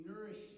nourished